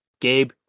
Gabe